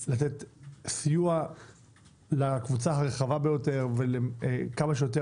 אפשר לתת סיוע לקבוצה הרחבה ביותר ולכמה שיותר